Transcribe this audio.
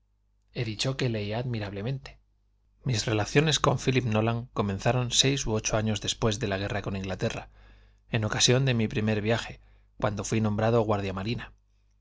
he dicho que leía admirablemente mis relaciones con phílip nolan comenzaron seis u ocho años después de la guerra con inglaterra en ocasión de mi primer viaje cuando fuí nombrado guardia marina